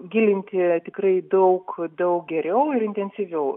gilinti tikrai daug daug geriau ir intensyviau